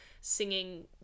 singing